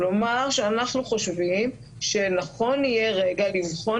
כלומר שאנחנו חושבים שנכון יהיה רגע לבחון